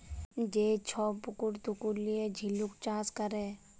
যে ছব পুকুর টুকুর লিঁয়ে ঝিলুক চাষ ক্যরে